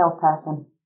salesperson